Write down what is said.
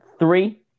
Three